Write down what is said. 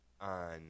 on